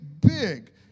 big